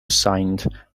signed